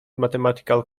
mathematical